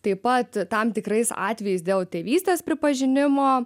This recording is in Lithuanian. taip pat tam tikrais atvejais dėl tėvystės pripažinimo